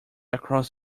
across